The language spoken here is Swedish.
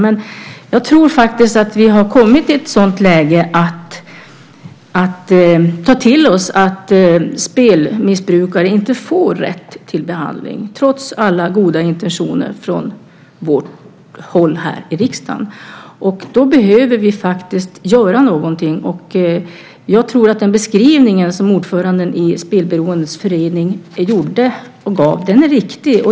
Men jag tror att vi har kommit i ett sådant läge att vi ska ta till oss att spelmissbrukare inte får rätt till behandling, trots alla goda intentioner från vårt håll här i riksdagen. Då behöver vi göra någonting. Jag tror att den beskrivning som ordföranden i Spelberoendes förening gjorde är riktig.